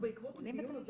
בעקבות הדיון הזה